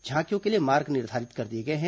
झांकियों के लिए मार्ग निर्धारित कर दिए गए हैं